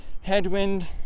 headwind